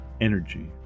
energy